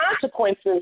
consequences